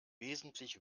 wesentlich